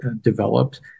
developed